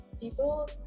people